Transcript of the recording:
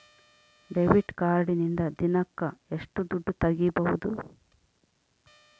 Debit ಕಾರ್ಡಿನಿಂದ ದಿನಕ್ಕ ಎಷ್ಟು ದುಡ್ಡು ತಗಿಬಹುದು?